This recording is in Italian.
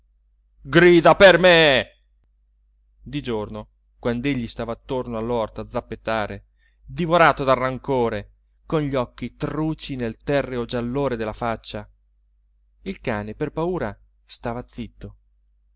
grida per me di giorno quand'egli stava attorno all'orto a zappettare divorato dal rancore con gli occhi truci nel terreo giallore della faccia il cane per paura stava zitto